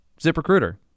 ZipRecruiter